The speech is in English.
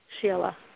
sheila